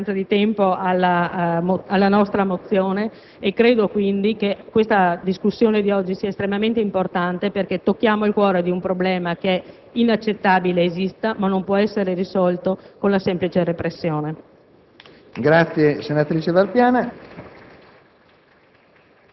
Rimando, per mancanza di tempo, alla nostra mozione. Credo che la discussione di oggi sia estremamente importante perché tocchiamo il cuore di un problema che è inaccettabile esista, ma che non può essere risolto con la semplice repressione. *(Applausi dal